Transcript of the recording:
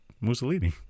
Mussolini